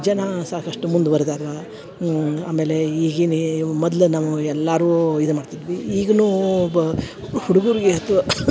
ಜನಾ ಸಾಕಷ್ಟು ಮುಂದ್ವರ್ದಾರಾ ಆಮೇಲೆ ಈಗಿನ ಈ ಮೊದಲು ನಾವು ಎಲ್ಲಾರು ಇದು ಮಾಡ್ತಿದ್ವಿ ಈಗುನೂ ಬ ಹುಡ್ಗುರು ಎಷ್ಟು